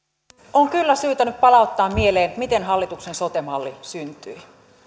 on kyllä syytä nyt palauttaa mieleen miten hallituksen sote malli syntyi